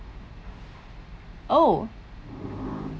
oh